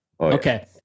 okay